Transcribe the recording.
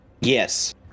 yes